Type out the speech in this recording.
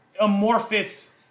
amorphous